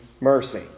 mercy